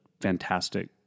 fantastic